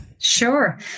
Sure